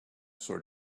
sort